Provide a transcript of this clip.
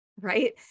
right